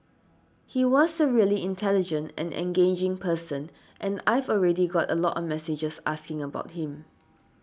he was a really intelligent and engaging person and I've already got a lot of messages asking about him